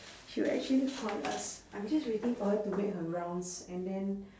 she will actually call us I'm just waiting for her to make her rounds and then